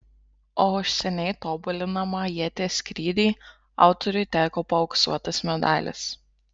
o už seniai tobulinamą ieties skrydį autoriui teko paauksuotas medalis